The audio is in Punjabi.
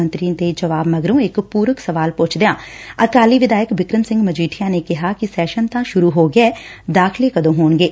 ਮੰਤਰੀ ਦੇ ਜਵਾਬ ਮਗਰੋਂ ਇੱਕ ਪੁਰਕ ਸਵਾਲ ਪੁੱਛਦਿਆਂ ਅਕਾਲੀ ਵਿਧਾਇਕ ਬਿਕਰਮ ਸਿੰਘ ਮਜੀਠੀਆ ਨੇ ਕਿਹਾ ਕਿ ਸੈਸ਼ਨ ਤਾਂ ਸੁਰੂ ਹੋ ਗਿਆ ਦਾਖਲੇ ਕਦੋਂ ਹੋਣਗੇ